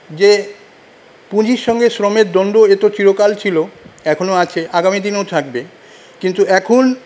যে পুঁজির সঙ্গে শ্রমের দণ্ড এ তো চিরকাল ছিল এখনও আছে আগামী দিনেও থাকবে কিন্তু এখন